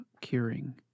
curing